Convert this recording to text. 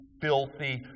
filthy